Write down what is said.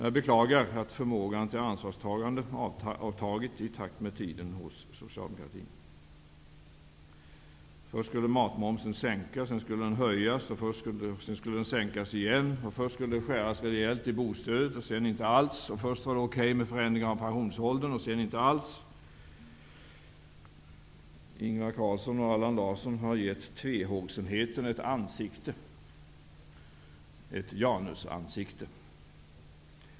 Jag beklagar att förmågan till ansvarstagande har avtagit i takt med tiden hos socialdemokratin. Först skulle matmomsen sänkas, sedan skulle den höjas. Därefter skulle den sänkas igen. Först skulle det skäras rejält i bostödet, och sedan inte alls. Först var det okej med en förändring av pensionsåldern, sedan var det inte alls så. Ingvar Carlsson och Allan Larsson har gett tvehågsenheten ett ansikte, ett Janusansikte.